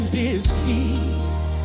disease